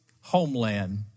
homeland